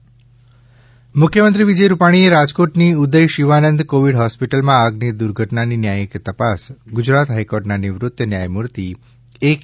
વિજય રૂપાણી મુખ્યમંત્રી વિજય રૂપાણીએ રાજકોટની ઉદય શિવાનંદ કોવિડ હોસ્પીટલમાં આગની દુર્ધટનાની ન્યાયિક તપાસ ગુજરાત હાઈકોર્ટના નિવૃત ન્યાયમૂર્તિ કે